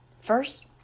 First